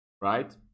right